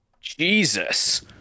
Jesus